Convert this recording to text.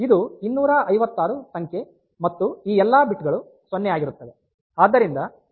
ಇದು 256 ಸಂಖ್ಯೆ ಮತ್ತು ಈ ಎಲ್ಲಾ ಬಿಟ್ ಗಳು 0 ಆಗಿರುತ್ತವೆ